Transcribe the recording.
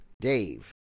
Dave